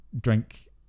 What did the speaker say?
drink